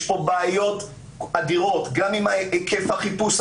יש פה בעיות אדירות גם עם ההיקף החיפוש,